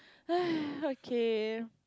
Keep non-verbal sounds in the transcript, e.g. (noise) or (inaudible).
(noise) okay